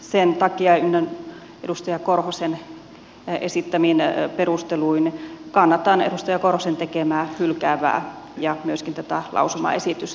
sen takia ynnä edustaja korhosen esittämin perusteluin kannatan edustaja korhosen tekemää hylkäävää ja myöskin tätä lausumaesitystä